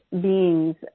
beings